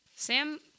Sam